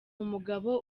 umugabo